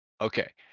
Okay